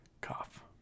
Cough